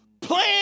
Plan